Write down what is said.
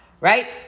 right